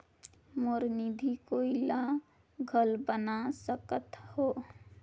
मोर निधि कोई ला घल बना सकत हो?